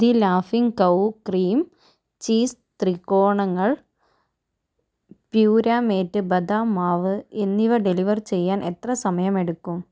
the ലാഫിങ് cow cream cheese ത്രികോണങ്ങൾ പ്യുരാമേറ്റ് ബദാം മാവ് എന്നിവ ഡെലിവർ ചെയ്യാൻ എത്ര സമയമെടുക്കും